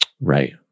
Right